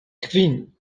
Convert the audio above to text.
kvin